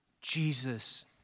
Jesus